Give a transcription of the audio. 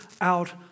out